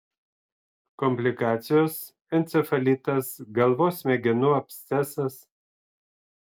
komplikacijos encefalitas galvos smegenų abscesas